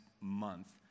month